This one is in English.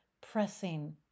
pressing